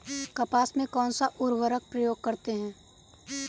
कपास में कौनसा उर्वरक प्रयोग करते हैं?